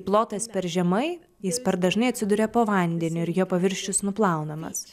plotas per žemai jis per dažnai atsiduria po vandeniu ir jo paviršius nuplaunamas